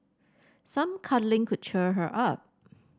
some cuddling could cheer her up